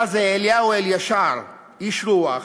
היה זה אליהו אלישר, איש רוח,